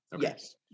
Yes